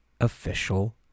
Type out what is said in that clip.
official